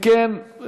אם כן,